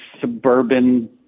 suburban